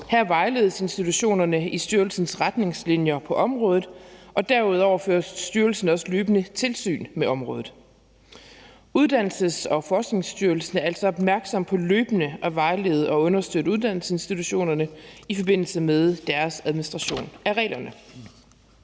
Her vejledes institutionerne i styrelsens retningslinjer på området, og derudover fører styrelsen også løbende tilsyn med området. Uddannelses- og Forskningsstyrelsen er altså opmærksomme på løbende at vejlede og understøtte uddannelsesinstitutionerne i forbindelse med deres administration af reglerne.